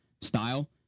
style